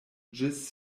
ĝis